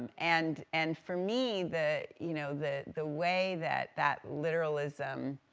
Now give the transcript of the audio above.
and and, and for me, the, you know, the the way that that literalism,